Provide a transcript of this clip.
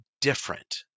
different